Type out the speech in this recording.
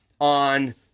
on